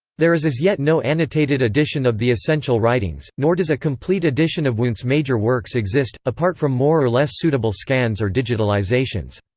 there is as yet no annotated edition of the essential writings, nor does a complete edition of wundt's major works exist, apart from more-or-less suitable scans or digitalisations.